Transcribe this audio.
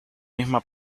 misma